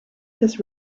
his